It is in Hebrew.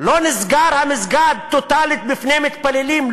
לא נסגר המסגד טוטלית בפני מתפללים,